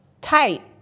tight